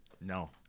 No